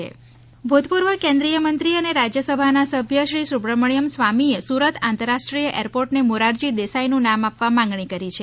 Surat airport Morarji Desai ભૂતપૂર્વ કેન્દ્રીય મંત્રી અને રાજ્ય સભાના સભ્ય શ્રી સુબ્રમણિયમ સ્વામીએ સુરત આંતરરાષ્ટ્રીય એરપોર્ટને મોરારજી દેસાઈનું નામ આપવા માંગણી કરી છે